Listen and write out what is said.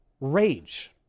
rage